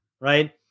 right